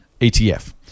ETF